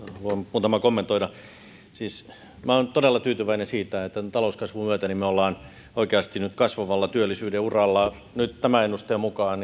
muutamaa kommentoida minä olen todella tyytyväinen siitä että tämän talouskasvun myötä me olemme oikeasti nyt kasvavalla työllisyyden uralla nyt tämän ennusteen mukaan